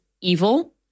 evil